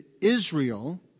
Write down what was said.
Israel